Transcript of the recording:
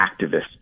activists